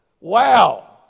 Wow